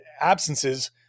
absences